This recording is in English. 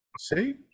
see